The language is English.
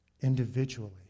individually